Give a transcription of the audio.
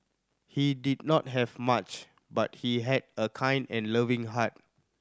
he did not have much but he had a kind and loving heart